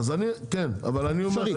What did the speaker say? אפשרי?